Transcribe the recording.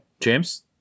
James